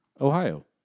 Ohio